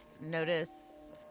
notice